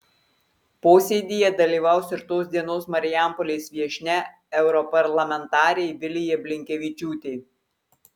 posėdyje dalyvaus ir tos dienos marijampolės viešnia europarlamentarė vilija blinkevičiūtė